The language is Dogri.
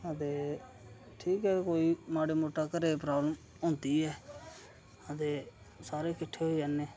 ते ठीक ऐ कोई माड़े मट्टे घरै दी प्राब्लम होंदी ऐ ते सारे किट्ठे होई जन्ने